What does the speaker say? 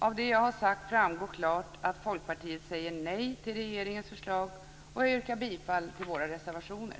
Av det som jag har sagt framgår klart att Folkpartiet säger nej till regeringens förslag, och jag yrkar bifall till våra reservationer.